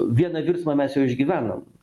vieną virsmą mes jau išgyvenom